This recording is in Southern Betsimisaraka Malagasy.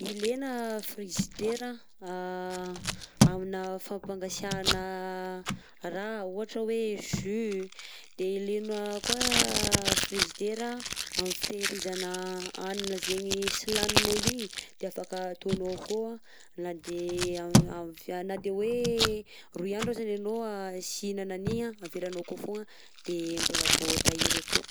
Ilaina frizidera aminà fampangasiahana raha, ohatra hoe jus de ilaina koa frizidera am'fitehirizana hanina zaigny sy laninao igny de afaka atanao akao anh na de am'ovia- na de hoe roy andro azany ianao anh sy hihinana an'igny anh avelanao akao foagna anh de mbola voatahiry akao.